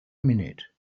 minute